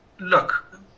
look